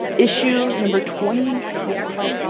issue number twenty four,